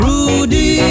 Rudy